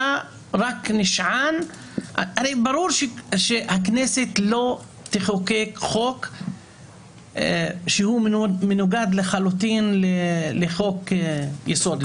הרי ברור שהכנסת לא תחוקק חוק שהוא מנוגד לחלוטין לחוק יסוד.